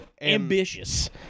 Ambitious